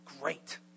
great